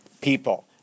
people